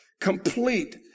complete